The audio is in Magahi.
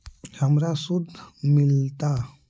हमरा शुद्ध मिलता?